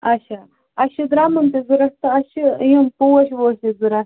اچھا اسہِ چھُ دَرٛمُن تہِ ضروٗرت تہٕ اسہِ چھِ یِم پوش ووش تہِ ضروٗرت